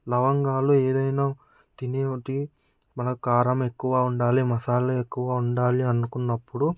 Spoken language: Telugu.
లవంగాలు ఏదైనా తినేవి మన కారం ఎక్కువ ఉండాలి మసాలా ఎక్కువ ఉండాలి అనుకున్నప్పుడు